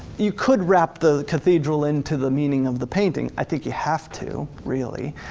you could wrap the cathedral into the meaning of the painting. i think you have to really.